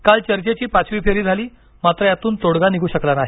काल चर्चेची पाचवी फेरी झाली मात्र यातून तोडगा निघू शकला नाही